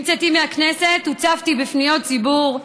עם צאתי מהכנסת הוצפתי בפניות ציבור,